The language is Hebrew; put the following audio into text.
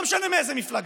לא משנה מאיזו מפלגה.